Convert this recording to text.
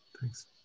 Thanks